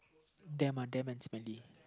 them uh them and